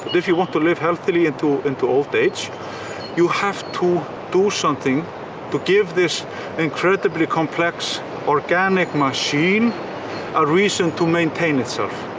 if you want to live healthily into into old age you have to do something to give this incredibly complex organic machine a reason to maintain itself.